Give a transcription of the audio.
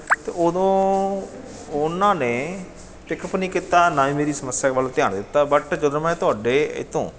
ਅਤੇ ਉਦੋਂ ਉਹਨਾਂ ਨੇ ਪਿਕਅੱਪ ਨਹੀਂ ਕੀਤਾ ਨਾ ਹੀ ਮੇਰੀ ਸਮੱਸਿਆ ਵੱਲ ਧਿਆਨ ਦਿੱਤਾ ਬਟ ਜਦੋਂ ਮੈਂ ਤੁਹਾਡੇ ਇਹ ਤੋਂ